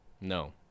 no